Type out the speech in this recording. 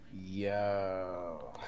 Yo